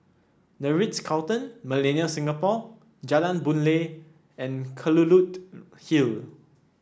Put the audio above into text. The Ritz Carlton Millenia Singapore Jalan Boon Lay and Kelulut Hill